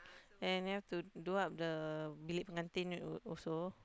and you have to do up the bilik pengantin also